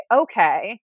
okay